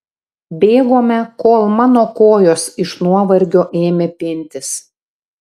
bėgome kol mano kojos iš nuovargio ėmė pintis